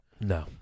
No